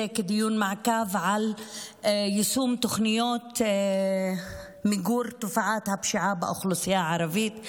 כדיון מעקב על יישום התוכניות למיגור תופעת הפשיעה באוכלוסייה הערבית.